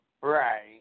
Right